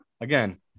again